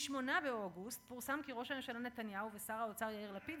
ב-8 באוגוסט פורסם כי ראש הממשלה נתניהו ושר האוצר יאיר לפיד